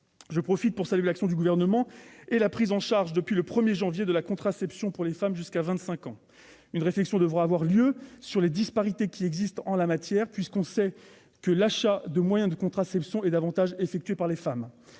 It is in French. de parole pour saluer l'action du Gouvernement et la prise en charge, depuis le 1 janvier, de la contraception pour les femmes de moins de 25 ans. Une réflexion devra avoir lieu sur les disparités qui existent en la matière, puisqu'on sait que l'achat de moyens de contraception est davantage effectué par les femmes.